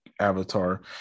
avatar